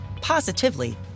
positively